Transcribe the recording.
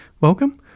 Welcome